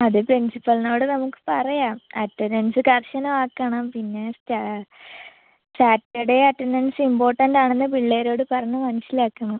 അത് പ്രിൻസിപ്പൾനോട് നമുക്ക് പറയാം അറ്റന്റൻസ്സ് കർശനമാക്കണം പിന്നെ സാറ്റഡെ അറ്റന്റൻസ്സ് ഇമ്പോട്ടൻ്റാണെന്ന് പിള്ളേരോട് പറഞ്ഞു മനസ്സിലാക്കണം